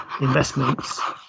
investments